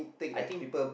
I think